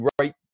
right